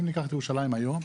אם ניקח את ירושלים היום,